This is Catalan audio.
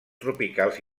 tropicals